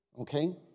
Okay